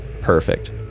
Perfect